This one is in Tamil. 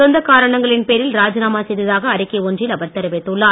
சொந்தக் காரணங்களின் பேரில் ராஜினாமா செய்ததாக அறிக்கை ஒன்றில் அவர் தெரிவித்துள்ளார்